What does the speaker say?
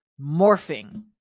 morphing